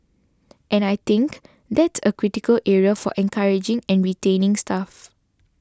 and I think that's a critical area of encouraging and retaining staff